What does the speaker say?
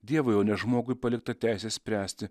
dievui o ne žmogui palikta teisė spręsti